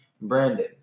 Brandon